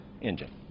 engine